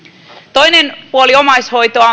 toinen puoli omaishoitoa